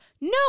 No